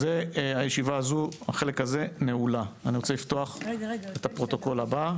הישיבה הזו נעולה, אני רוצה לפתוח את הישיבה הבאה.